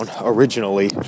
originally